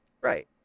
Right